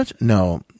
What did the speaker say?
No